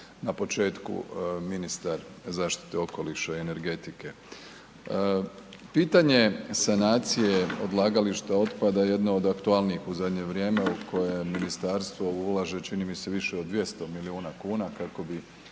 na početku ministar zaštite okoliša i energetike. Pitanje sanacije odlagališta otpada je jedna od aktualnijih u zadnje vrijeme u koje ministarstvo ulaže, čini mi se, više od 200 milijuna kuna kako bi